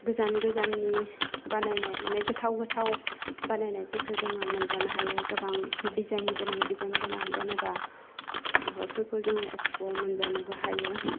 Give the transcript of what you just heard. गोजान गोजाननि बानायनाय मानि गोथाव गोथाव बानायनायफोरखौ जोङो मोनजानो हायो गोबां डिजाइन गोनां डिजाइन गोनां जेनेबा माबाफोरखौ जोङो इक्सप'वाव मोनजानोबो हायो